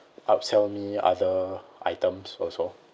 upsell me other items also